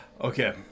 Okay